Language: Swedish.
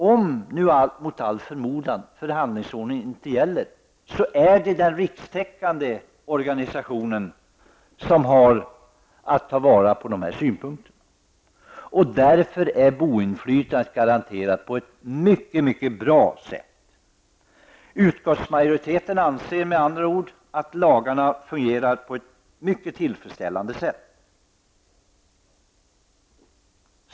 Om nu mot all förmodan förhandlingsordning inte gäller, är det den rikstäckande organisationen som har att ta vara på dessa synpunkter. Boendeinflytandet är därför garanterat på ett mycket bra sätt. Utskottsmajoriteten anser med andra ord att lagarna fungerar på ett mycket tillfredsställande sätt.